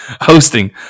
Hosting